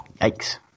Yikes